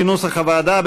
כנוסח הוועדה,